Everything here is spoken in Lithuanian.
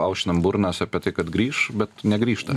aušinam burnas apie tai kad grįš bet negrįžta